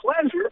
pleasure